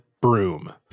broom